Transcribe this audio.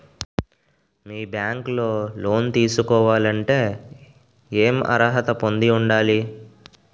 మీ bank లో loan తీసుకోవాలంటే ఎం అర్హత పొంది ఉండాలి?